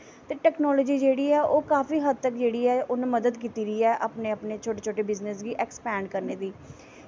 technology जेह्ड़ी ऐ ओह् काफी हद्द तक जेह्ड़ी ऐ उन्न मदद कीती दी ऐ अपने शोटे शोटे बिज़नस गी अक्पैंड़ करने दी